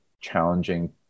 challenging